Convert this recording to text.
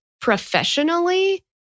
professionally